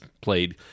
played